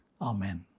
Amen